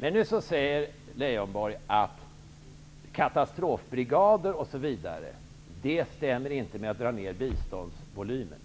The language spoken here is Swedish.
Nu säger Lars Leijonborg att införande av t.ex. katastrofbrigader inte stämmer överens med neddragning av biståndsvolymen.